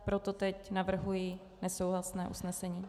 Proto teď navrhuji nesouhlasné usnesení.